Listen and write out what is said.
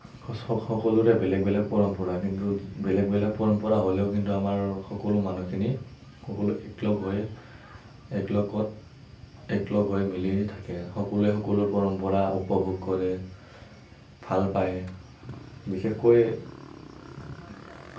সকলোৰে বেলেগ বেলেগ পৰম্পৰা কিন্তু বেলেগ বেলেগ পৰম্পৰা হ'লেও কিন্তু আমি সকলো মানুহখিনি সকলো একলগ হৈ একলগত একলগ হৈ মিলি থাকে সকলোৱে সকলো পৰম্পৰা উপভোগ কৰে ভাল পায় বিশেষকৈ